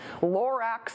Lorax